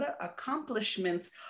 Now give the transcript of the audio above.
accomplishments